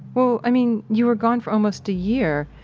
well, i mean, you were gone for almost a year.